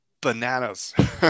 bananas